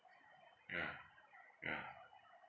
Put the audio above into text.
yeah yeah